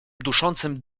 duszącym